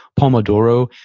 pomodoro,